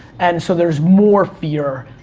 and so there's more fear,